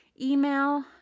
email